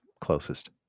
closest